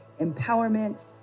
empowerment